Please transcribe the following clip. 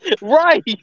Right